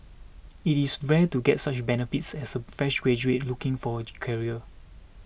it is rare to get such benefits as a fresh graduate looking for a career